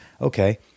okay